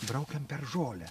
braukiam per žolę